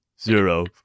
zero